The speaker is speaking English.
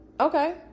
Okay